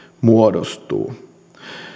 muodostuu